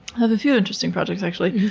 have a few interesting projects actually,